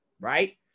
right